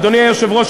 אדוני היושב-ראש,